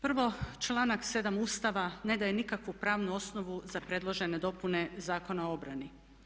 Prvo, članak 7. Ustava ne daje nikakvu pravnu osnovu za predložene dopune Zakona o obrani.